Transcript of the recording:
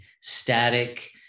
static